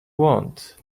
want